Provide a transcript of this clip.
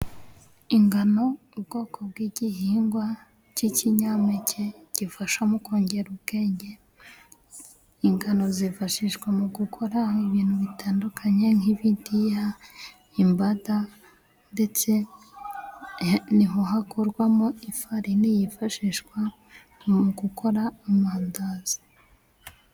Ingano ubwoko bw'igihingwa cy'ikinyampeke gifasha mu kongera ubwenge. Ingano zifashishwa mu gukora ibintu bitandukanye nk'ibidiya, imbada, ndetse niho hakorwamo ifarini yifashishwa mu gukora amandazi.